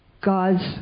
God's